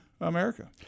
America